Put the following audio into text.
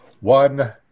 one